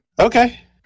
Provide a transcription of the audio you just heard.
Okay